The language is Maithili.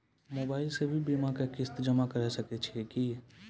मोबाइल से भी बीमा के किस्त जमा करै सकैय छियै कि?